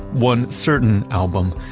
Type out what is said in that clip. one certain album,